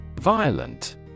violent